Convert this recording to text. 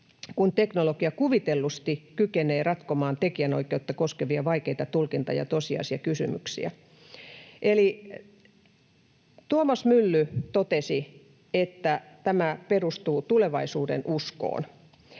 kun teknologia kuvitellusti kykenee ratkomaan tekijänoikeutta koskevia vaikeita tulkinta- ja tosiasiakysymyksiä.” Eli Tuomas Mylly totesi, että tämä perustuu tulevaisuudenuskoon.